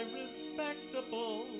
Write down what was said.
respectable